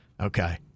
Okay